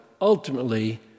ultimately